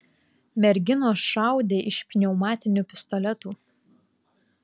merginos šaudė iš pneumatinių pistoletų